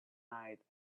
night